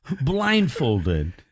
Blindfolded